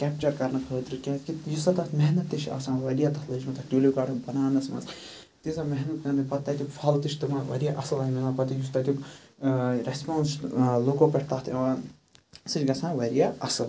capture کَرنہٕ خٲطرٕ کیازکہِ ییٖژاہ تَتھ محنت تہِ چھِ آسان واریاہ تَتھ لٔجمٕژ تَتھ ٹوٗلِپ گاڈَن بَناونَس مَنٛز تیٖژاہ محنت کَرنہٕ پَتہٕ تَتیُک پَل تہِ چھِ تِمَن واریاہ اَصٕل ملان پَتہٕ یُس تَتیُک ریٚسپانس چھُ لُکو پٮ۪ٹھ تَتھ یِوان سُہ چھُ گَژھان واریاہ اَصل